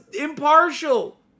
impartial